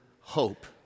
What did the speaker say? hope